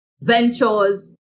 ventures